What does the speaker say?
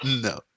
No